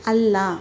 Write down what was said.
ಅಲ್ಲ